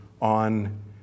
on